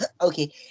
Okay